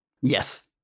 Yes